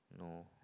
no